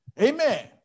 Amen